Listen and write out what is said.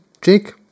Jake